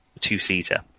two-seater